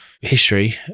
history